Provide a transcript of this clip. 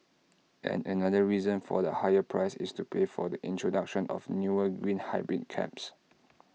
and another reason for the higher price is to pay for the introduction of newer green hybrid cabs